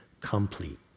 complete